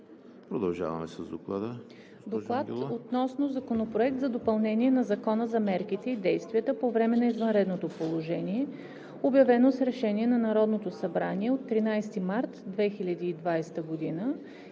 Продължаваме с Доклада,